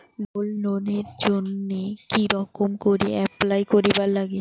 Gold লোনের জইন্যে কি রকম করি অ্যাপ্লাই করিবার লাগে?